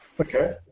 Okay